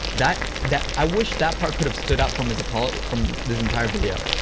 that that i wish that part could have stood out from his apolo from this entire video,